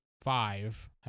five